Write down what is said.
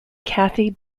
cathy